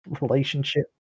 relationship